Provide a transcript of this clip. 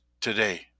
today